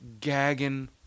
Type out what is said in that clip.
gagging